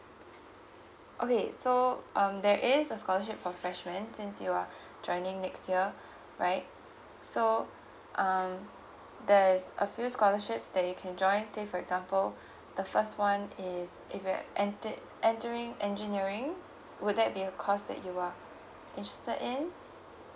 okay so um there is a scholarship for freshman since you are joining next year right so um there is a few scholarships that you can join say for example the first one is if you're enter entering engineering would that be a course that you are interested in